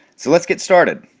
so let's get started!